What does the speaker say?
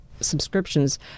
subscriptions